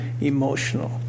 emotional